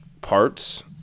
parts